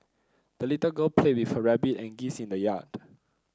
the little girl played with her rabbit and geese in the yard